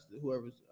whoever's